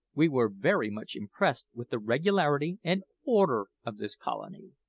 we were very much impressed with the regularity and order of this colony.